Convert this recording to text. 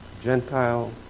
Gentile